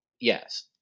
Yes